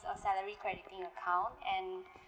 a salary crediting account and